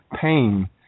pain